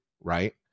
right